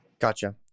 Gotcha